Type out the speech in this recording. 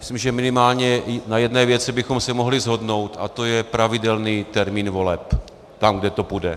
Myslím, že minimálně na jedné věci bychom se mohli shodnout, a to je pravidelný termín voleb tam, kde to půjde.